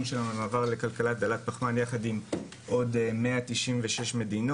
שלנו למעבר לכלכלה דלת פחמן יחד עם עוד 196 מדינות,